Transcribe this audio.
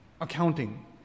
accounting